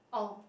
oh